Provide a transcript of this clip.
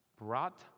Brought